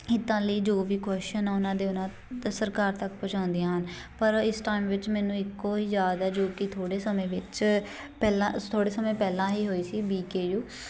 ਹਿੱਤਾਂ ਲਈ ਜੋ ਵੀ ਕੋਸ਼ਚਨ ਉਹਨਾਂ ਦੇ ਉਹਨਾਂ ਅਤੇ ਸਰਕਾਰ ਤੱਕ ਪਹੁੰਚਾਉਂਦੀਆਂ ਹਨ ਪਰ ਇਸ ਟਾਈਮ ਵਿੱਚ ਮੈਨੂੰ ਇੱਕੋ ਹੀ ਯਾਦ ਹੈ ਜੋ ਕਿ ਥੋੜ੍ਹੇ ਸਮੇਂ ਵਿੱਚ ਪਹਿਲਾਂ ਥੋੜ੍ਹੇ ਸਮੇਂ ਪਹਿਲਾਂ ਹੀ ਹੋਈ ਸੀ ਵੀ ਕੇ ਯੂ